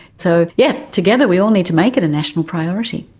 so yes, together we all need to make it a national priority.